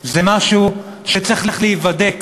זה משהו צריך להיבדק